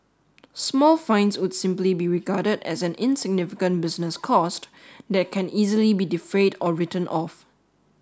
small fines would simply be regarded as an insignificant business cost that can easily be defrayed or written off